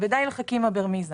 ודי לחכימא ברמיזא.